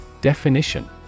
Definition